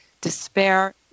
despair